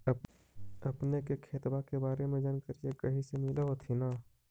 अपने के खेतबा के बारे मे जनकरीया कही से मिल होथिं न?